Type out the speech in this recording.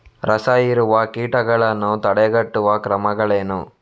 ರಸಹೀರುವ ಕೀಟಗಳನ್ನು ತಡೆಗಟ್ಟುವ ಕ್ರಮಗಳೇನು?